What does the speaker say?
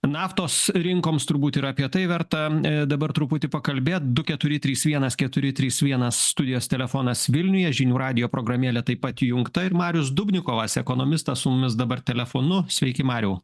naftos rinkoms turbūt ir apie tai verta dabar truputį pakalbėt du keturi trys vienas keturi trys vienas studijos telefonas vilniuje žinių radijo programėlė taip pat įjungta ir marius dubnikovas ekonomistas su mumis dabar telefonu sveiki mariau